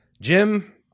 Jim